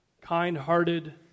kind-hearted